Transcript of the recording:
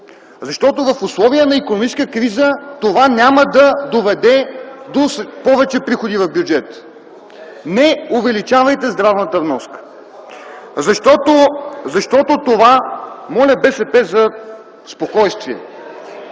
Защото в условия на икономическа криза това няма да доведе до повече приходи в бюджета. Не увеличавайте здравната вноска. (Оживление в КБ.) Моля БСП за спокойствие!